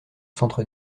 centre